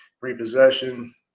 repossession